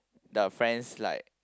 the friends like